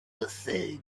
things